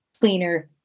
cleaner